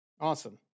Awesome